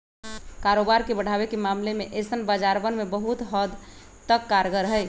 कारोबार के बढ़ावे के मामले में ऐसन बाजारवन बहुत हद तक कारगर हई